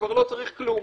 כבר לא צריך כלום,